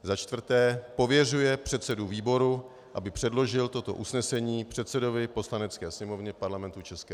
za čtvrté pověřuje předsedu výboru, aby předložil toto usnesení předsedovi Poslanecké sněmovny Parlamentu ČR.